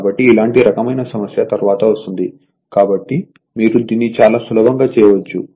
కాబట్టి ఇలాంటి రకమైన సమస్య తరువాత వస్తుంది కాబట్టి మీరు దీన్ని చాలా సులభంగా చేయవచ్చు